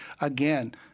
again